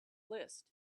list